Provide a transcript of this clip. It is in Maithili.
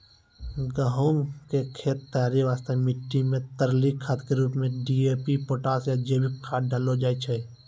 गहूम के खेत तैयारी वास्ते मिट्टी मे तरली खाद के रूप मे डी.ए.पी पोटास या जैविक खाद डालल जाय छै